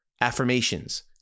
affirmations